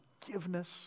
forgiveness